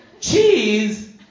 Cheese